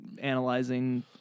analyzing